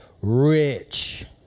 rich